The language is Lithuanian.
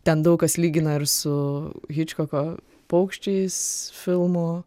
ten daug kas lygina ir su hičkoko paukščiais filmu